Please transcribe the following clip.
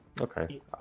okay